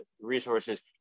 resources